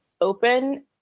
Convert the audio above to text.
open